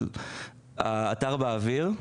האתר כבר באוויר,